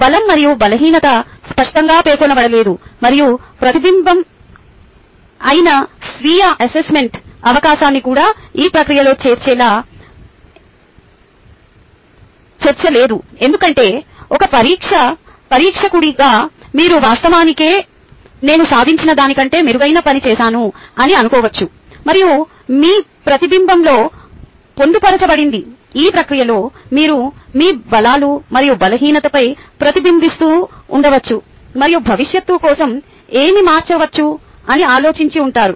బలం మరియు బలహీనత స్పష్టంగా పేర్కొనబడలేదు మరియు ప్రతిబింబం అయిన స్వీయ అసెస్మెంట్ అవకాశాన్ని కూడా ఈ ప్రక్రియలో చేర్చలేదు ఎందుకంటే ఒక పరీక్షకుడిగా మీరు వాస్తవానికి నేను సాధించిన దాని కంటే మెరుగైన పని చేశాను అని అనుకోవచ్చు మరియు మీ ప్రతిబింబంలో పొందుపరచబడింది ఈ ప్రక్రియలో మీరు మీ బలాలు మరియు బలహీనతపై ప్రతిబింబిస్తూ ఉండవచ్చు మరియు భవిష్యత్తు కోసం ఏమి మార్చవచ్చు అని ఆలోచించి ఉంటారు